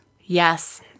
Yes